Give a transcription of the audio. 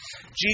Jesus